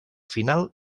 final